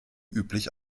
üblich